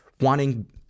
wanting